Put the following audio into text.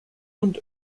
und